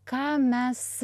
ką mes